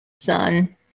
son